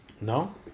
No